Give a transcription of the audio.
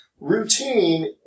Routine